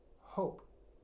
hope